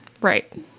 Right